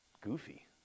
goofy